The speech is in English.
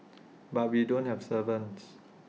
but we don't have servants